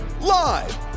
live